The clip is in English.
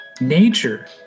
nature